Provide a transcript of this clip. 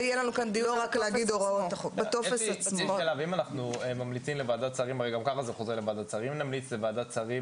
אם נמליץ לוועדת שרים